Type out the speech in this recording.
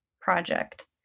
project